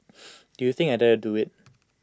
do you think I dare to do IT